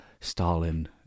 Stalin